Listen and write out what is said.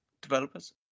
developers